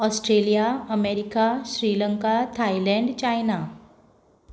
Australia America Sri Lanka Thailand China